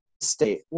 state